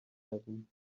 heaven